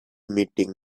meeting